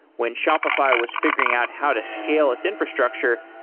when shopify was figuring out how to scale its infrastructure,